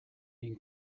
been